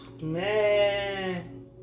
man